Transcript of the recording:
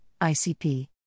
ICP